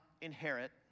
inherit